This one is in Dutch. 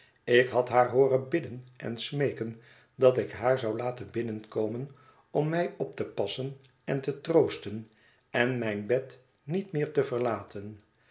ik had haar hooren bidden en smeeken dat ik haar zou laten binnenkomen om mij op te passen en te troosten en mijn bed niet meer te verlaten